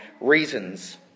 reasons